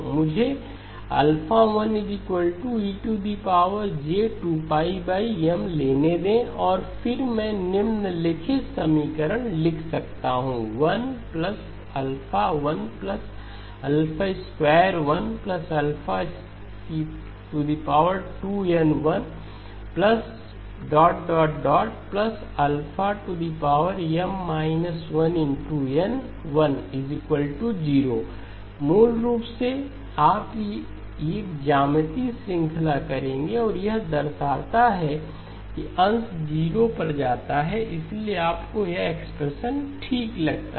मुझे 1ej2M लेने दें और फिर मैं निम्नलिखित समीकरण लिख सकता हूं 11212n1n10 मूल रूप से आप एक ज्यामितीय श्रृंखला करेंगे और यह दर्शाएंगे कि अंश 0 पर जाता है इसलिए आपको यह एक्सप्रेशन ठीक लगता है